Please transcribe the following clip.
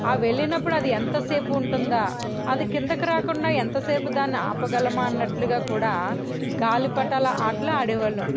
ఆ వెళ్లినప్పుడు ఎంతసేపు ఉంటుందా అది కిందకి రాకుండా ఎంతసేపు దాన్ని ఆపగలమా అన్నట్లుగా కూడా గాలిపటాల ఆటలు ఆడవాళ్ళం